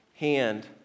hand